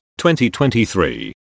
2023